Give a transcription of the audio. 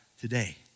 today